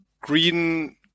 green